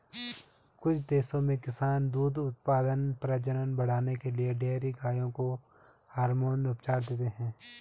कुछ देशों में किसान दूध उत्पादन, प्रजनन बढ़ाने के लिए डेयरी गायों को हार्मोन उपचार देते हैं